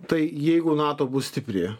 tai jeigu nato bus stipri